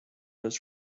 was